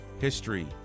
history